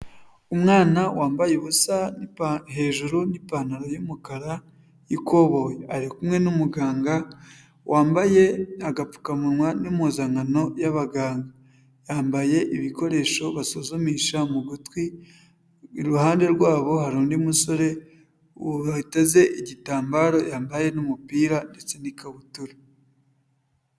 Umwana wambaye ubusa hejuru n'ipantaro y'umukara y'ikoboyi, ari kumwe n'umuganga wambaye agapfukamunwa n'impuzankano y'abaganga, yambaye ibikoresho basuzumisha mu gutwi, iruhande rwabo hari undi musore wateze igitambaro, yambaye n'umupira ndetse n'ikabutura.